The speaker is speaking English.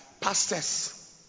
pastors